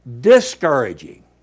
discouraging